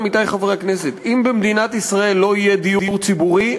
עמיתי חברי הכנסת: אם במדינת ישראל לא יהיה דיור ציבורי,